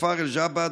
בכפר אל-ג'בעה,